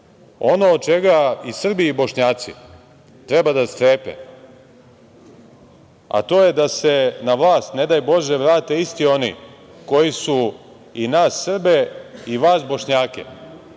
Ono od čega i Srbi i Bošnjaci treba da strepe, a to je da se na vlast ne daj bože vrate isti oni koji su i nas Srbe i vas Bošnjake